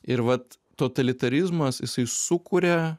ir vat totalitarizmas jisai sukuria